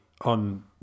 on